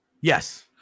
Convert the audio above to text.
Yes